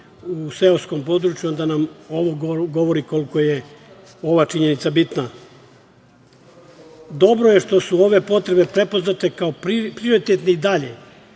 u seoskom području, onda nam ovo govori koliko je ova činjenica bitna. Dobro je što su ove potrebe prepoznate kao prioritetne i dalje,